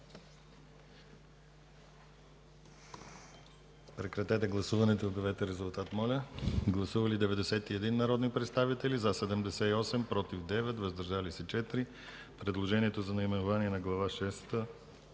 Прекратете гласуването и обявете резултата. Гласували 91 народни представители: за 78, против 9, въздържали се 4. Предложението за наименование на Глава шеста